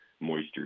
moisture